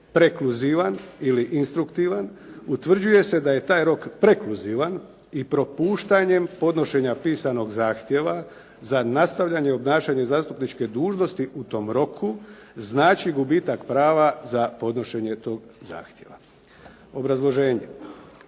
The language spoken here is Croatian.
prekluzivan ili instruktivan utvrđuje se da je taj rok prekluzivan i propuštanjem podnošenja pisanog zahtjeva za nastavljanje i obnašanje zastupničke dužnosti u tom roku znači gubitak prava za podnošenje toga zahtjeva. Obrazloženje.